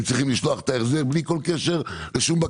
צריכים לשלוח את ההחזר בלי כל קשר לבקשה.